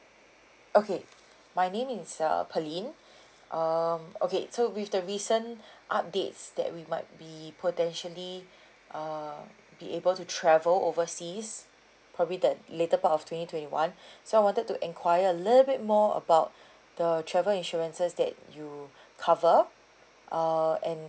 okay my name is uh pearlyn um okay so with the recent updates that we might be potentially uh be able to travel overseas probably the later part of twenty twenty one so I wanted to enquire a little bit more about the travel insurances that you cover err and